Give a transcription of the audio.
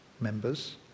members